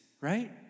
right